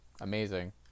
amazing